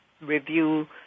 review